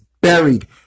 buried